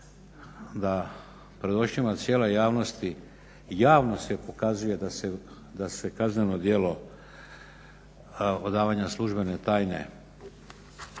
da pred očima cijele javnosti javno se pokazuje da se kazneno djelo odavanja službene tajne